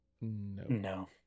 No